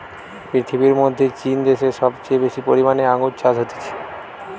পৃথিবীর মধ্যে চীন দ্যাশে সবচেয়ে বেশি পরিমানে আঙ্গুর চাষ হতিছে